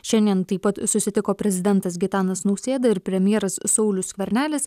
šiandien taip pat susitiko prezidentas gitanas nausėda ir premjeras saulius skvernelis